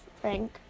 frank